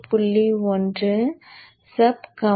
sub edt 01